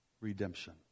redemption